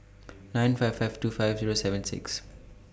nine five five two five Zero seven six